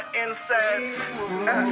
inside